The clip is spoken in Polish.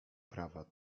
prawa